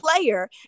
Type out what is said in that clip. player